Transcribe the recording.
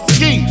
Ski